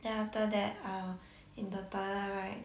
then after that uh in the toilet right